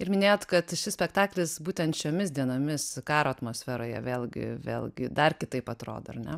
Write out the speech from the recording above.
ir minėjot kad šis spektaklis būtent šiomis dienomis karo atmosferoje vėlgi vėlgi dar kitaip atrodo ar ne